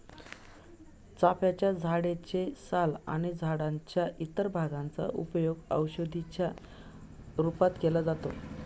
चाफ्याच्या झाडे चे साल आणि झाडाच्या इतर भागांचा उपयोग औषधी च्या रूपात केला जातो